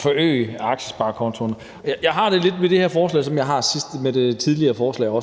forøge aktiesparekontoen. Jeg har det lidt sådan med det her forslag, som jeg også havde det med det tidligere forslag: